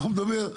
אנחנו נדבר,